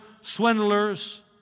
swindlers